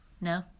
No